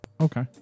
okay